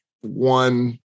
one